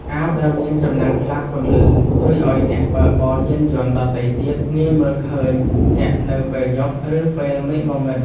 អាវដែលមានចំណាំងផ្លាតពន្លឺ ជួយឱ្យអ្នកបើកបរយានយន្តដទៃទៀតងាយមើលឃើញអ្នកនៅពេលយប់ ឬពេលមេឃងងឹត។